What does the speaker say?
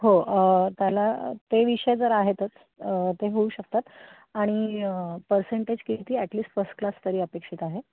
हो त्याला ते विषय जर आहेतच ते होऊ शकतात आणि पर्सेंटेज किती ॲटलिस फस्ट क्लास तरी अपेक्षित आहे